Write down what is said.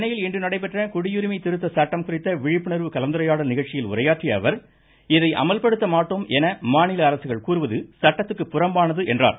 சென்னையில் இன்று நடைபெற்ற குடியுரிமை திருத்த சட்டம் குறித்த விழிப்புணா்வு கலந்துரையாடல் நிகழ்ச்சியில் உரையாற்றிய அவர் இதை அமல்படுத்த மாட்டோம் என மாநில அரசுகள் கூறுவது சட்டத்திற்கு புறம்பானது என்றார்